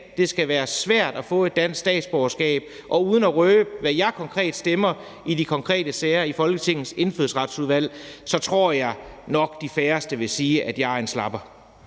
Det skal være svært at få et dansk statsborgerskab, og uden at røbe, hvad jeg konkret stemmer i de konkrete sager i Folketingets Indfødsretsudvalg, så tror jeg nok, de færreste vil sige, at jeg er en slapper.